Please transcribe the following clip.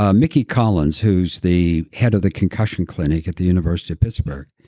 ah micky collins, who's the head of the concussion clinic at the university of pittsburg,